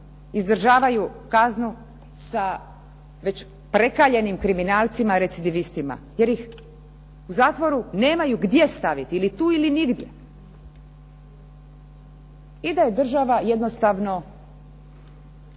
izdržavaju kaznu sa već prekaljenim kriminalcima recidivistima jer ih u zatvoru nemaju gdje staviti, ili tu ili nigdje. I da je država jednostavno,